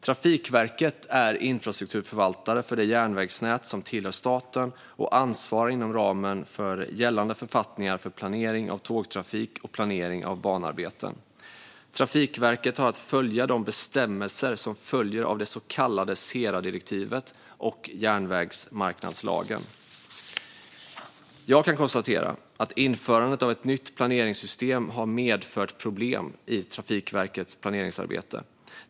Trafikverket är infrastrukturförvaltare för det järnvägsnät som tillhör staten och ansvarar inom ramen för gällande författningar för planering av tågtrafik och planering av banarbeten. Trafikverket har att följa de bestämmelser som följer av det så kallade SERA-direktivet och järnvägsmarknadslagen. Jag kan konstatera att införandet av ett nytt planeringssystem har medfört problem i Trafikverkets planeringsarbete.